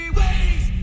ways